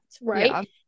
right